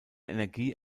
energie